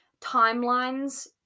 timelines